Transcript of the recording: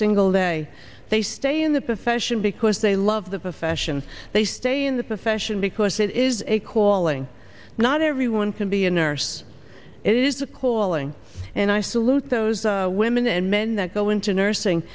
single day they stay in the profession because they love the profession they stay in the profession because it is a calling not everyone can be a nurse it is a calling and i salute those women and men that go into nursing